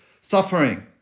suffering